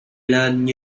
lên